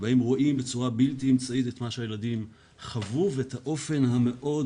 בהם רואים בצורה בלתי אמצעית את מה שהילדים חוו ואת האופן המאוד